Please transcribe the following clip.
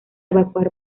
evacuar